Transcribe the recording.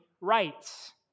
rights